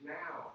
now